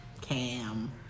Cam